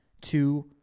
two